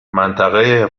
منطقه